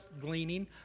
gleaning